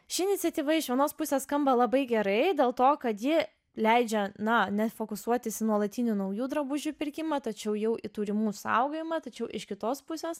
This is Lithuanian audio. ši iniciatyva iš vienos pusės skamba labai gerai dėl to kad ji leidžia na nefokusuotis nuolatinių naujų drabužių pirkimą tačiau jau į turimų saugojimą tačiau iš kitos pusės